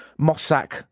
Mossack